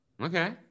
okay